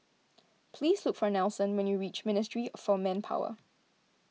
please look for Nelson when you reach Ministry of Manpower